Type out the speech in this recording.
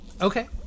Okay